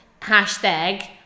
hashtag